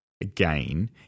Again